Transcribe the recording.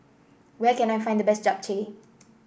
where can I find the best Japchae